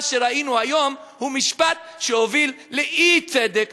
מה שראינו היום הוא משפט שהוביל לאי-צדק.